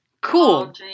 Cool